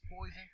poison